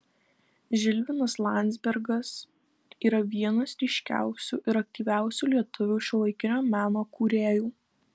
žilvinas landzbergas yra vienas ryškiausių ir aktyviausių lietuvių šiuolaikinio meno kūrėjų